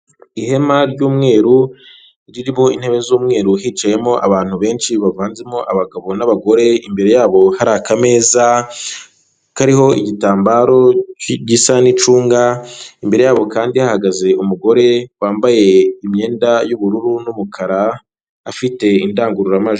Ihema ry'umweru ririmo intebe z'umweru hicayemo abantu benshi bavanzemo abagabo n'abagore, imbere yabo hari akameza kariho igitambaro gisa n'icunga, imbere yabo kandi hahagaze umugore wambaye imyenda y'ubururu n'umukara, afite indangururamajwi.